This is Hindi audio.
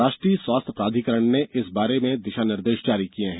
राष्ट्रीय स्वास्थ्य प्राधिकरण ने इस बारे दिशा निर्देश जारी किये हैं